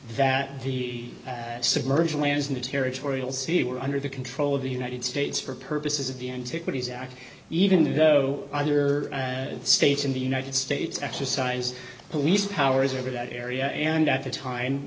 that the submerged lands in the territorial sea were under the control of the united states for purposes of the antiquities act even though other states in the united states exercise police powers over that area and at the time